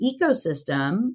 ecosystem